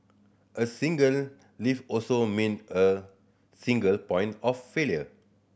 a single lift also mean a single point of failure